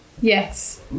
Yes